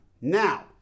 now